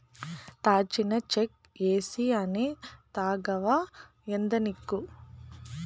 దాల్చిన చెక్క ఏసీ అనే తాగవా ఏందానిక్కు